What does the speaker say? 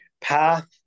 path